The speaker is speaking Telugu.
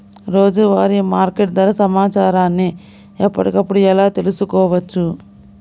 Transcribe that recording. రోజువారీ మార్కెట్ ధర సమాచారాన్ని ఎప్పటికప్పుడు ఎలా తెలుసుకోవచ్చు?